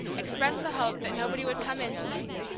express the hope that nobody would come in to-night.